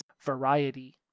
variety